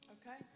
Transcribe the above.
Okay